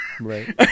Right